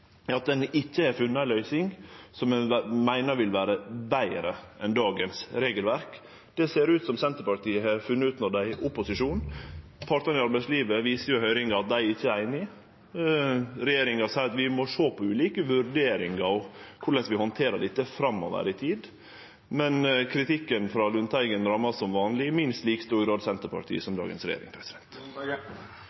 at ein ikkje har funne ei løysing som ein meiner vil vere betre enn dagens regelverk. Det ser det ut som om Senterpartiet har funne ut når dei er i opposisjon. Partane i arbeidslivet viste i høyringa at dei ikkje er einige. Regjeringa seier vi må sjå på ulike vurderingar for korleis vi handterer dette framover i tid, men kritikken frå Lundteigen rammar som vanleg i minst like stor grad Senterpartiet